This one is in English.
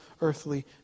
earthly